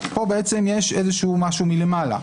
פה יש משהו מלמעלה,